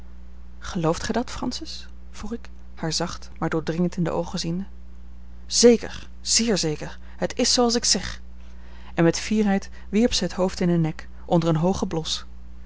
gelooft gij dat francis vroeg ik haar zacht maar doordringend in de oogen ziende zeker zeer zeker het is zooals ik zeg en met fierheid wierp zij het hoofd in den nek onder een hoogen blos